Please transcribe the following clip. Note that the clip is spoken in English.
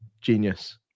genius